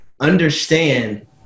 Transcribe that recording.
understand